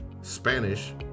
Spanish